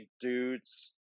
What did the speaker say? dudes